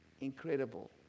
Incredible